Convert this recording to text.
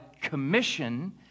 commission